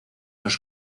los